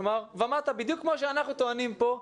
כלומר בדיוק כפי שאנחנו טוענים פה.